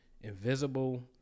invisible